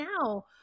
now